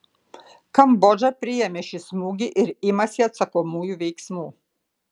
kambodža priėmė šį smūgį ir imasi atsakomųjų veiksmų